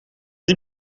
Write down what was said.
die